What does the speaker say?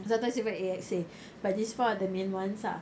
sometimes even A_X_A but these four are the main ones lah